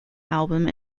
album